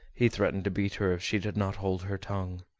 he threatened to beat her if she did not hold her tongue.